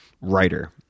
writer